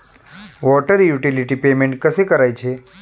Water utility payment कसे करायचे?